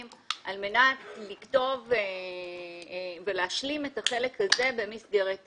על מנת לכתוב ולהשלים את החלק הזה במסגרת התקן.